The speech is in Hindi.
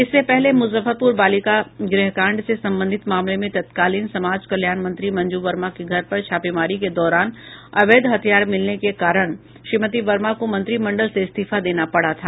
इससे पहले मुजफ्फरपुर बालिका गृहकांड से संबंधित मामले में तत्कालीन समाज कल्याण मंत्री मंजू वर्मा के घर पर छापेमारी के दौरान अवैध हथियार मिलने के कारण श्रीमती वर्मा को मंत्रिमंडल से इस्तीफा देना पड़ा था